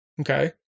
Okay